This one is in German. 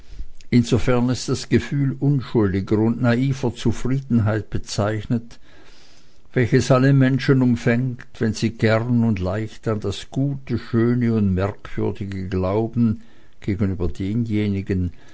insofern es das gefühl unschuldiger und naiver zufriedenheit bezeichnet welches alle menschen umfängt wenn sie gern und leicht an das gute schöne und merkwürdige glauben gegenüber denjenigen